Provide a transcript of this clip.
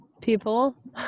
people